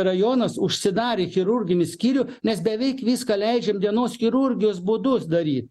rajonas užsidarė chirurginį skyrių nes beveik viską leidžiam dienos chirurgijos būdu daryti